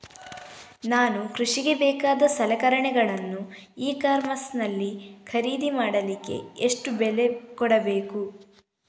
ನಾನು ಕೃಷಿಗೆ ಬೇಕಾದ ಸಲಕರಣೆಗಳನ್ನು ಇ ಕಾಮರ್ಸ್ ನಲ್ಲಿ ಖರೀದಿ ಮಾಡಲಿಕ್ಕೆ ಎಷ್ಟು ಬೆಲೆ ಕೊಡಬೇಕು?